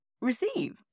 receive